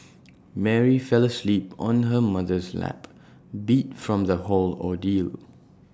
Mary fell asleep on her mother's lap beat from the whole ordeal